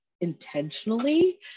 intentionally